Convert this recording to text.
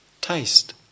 taste